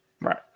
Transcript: Right